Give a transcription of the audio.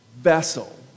vessel